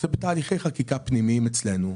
זה בתהליכי חקיקה פנימיים אצלנו.